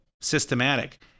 systematic